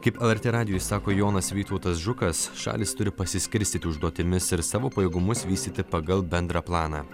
kaip lrt radijui sako jonas vytautas žukas šalys turi pasiskirstyti užduotimis ir savo pajėgumus vystyti pagal bendrą planą